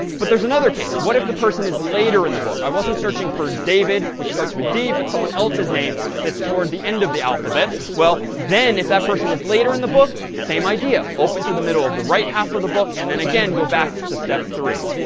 but there's another case. what if the person is later in the book? i wasn't searching for david, which starts with d, but someone else's name that's toward the end of the alphabet. well, then if that person is later in the book, same idea. open to the middle of the right half of the book, and then again, go back to step three.